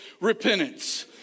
repentance